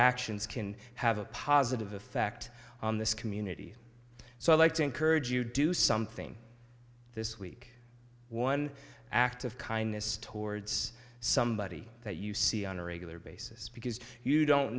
actions can have a positive effect on this community so i'd like to encourage you to do something this week one act of kindness towards somebody that you see on a regular basis because you don't